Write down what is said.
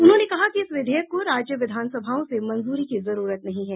उन्होंने कहा कि इस विधेयक को राज्य विधानसभाओं से मंजूरी की जरूरत नहीं है